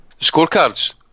Scorecards